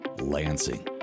Lansing